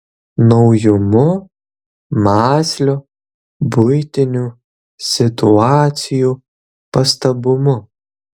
naujumu mąsliu buitinių situacijų pastabumu